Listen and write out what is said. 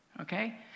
okay